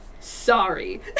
Sorry